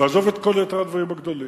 ועזוב את כל יתר הדברים הגדולים,